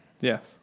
Yes